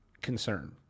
concern